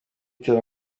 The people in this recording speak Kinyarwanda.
bitaro